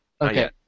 Okay